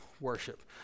worship